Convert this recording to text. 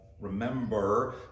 Remember